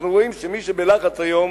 אנחנו רואים שמי שבלחץ היום